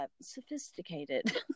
sophisticated